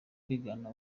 kwigana